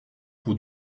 pour